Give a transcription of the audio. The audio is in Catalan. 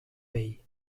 vell